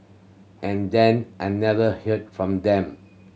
and then I never hear from them